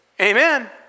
Amen